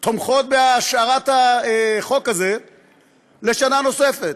תומכות בהשארת החוק הזה לשנה נוספת.